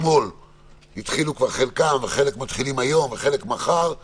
התחילו כבר אתמול, וחלק יתחילו מחר,